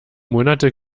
monate